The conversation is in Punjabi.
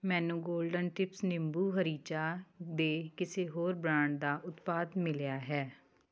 ਮੈਨੂੰ ਗੋਲਡਨ ਟਿਪਸ ਨਿੰਬੂ ਹਰੀ ਚਾਹ ਦੇ ਕਿਸੇ ਹੋਰ ਬ੍ਰਾਂਡ ਦਾ ਉਤਪਾਦ ਮਿਲਿਆ ਹੈ